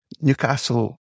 Newcastle